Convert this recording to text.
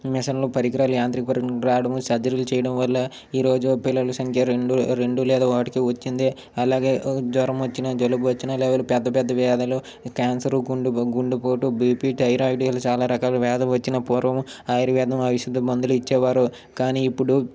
మిషన్లు పరికరాలు యాంత్రిక పరిజ్ఞానం సర్జరీలు చేయడం వల్ల ఈరోజు పిల్లల సంఖ్య రెండు రెండు లేదా ఒకటికి వచ్చింది అలాగే జ్వరం వచ్చిన జలుబు వచ్చిన లేకపోతే పెద్ద పెద్ద వ్యాధులు క్యాన్సరు గుండు గుండెపోటు బిపి థైరాడ్ ఇలా చాలా రకాల వ్యాధులు వచ్చిన పూర్వం ఆయుర్వేదం ఔషధ మందులు ఇచ్చేవారు కానీ ఇప్పుడు